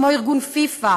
כמו ארגון פיפ"א